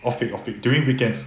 off peak off peak during weekends